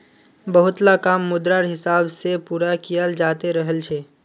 बहुतला काम मुद्रार हिसाब से पूरा कियाल जाते रहल छे